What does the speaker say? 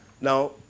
Now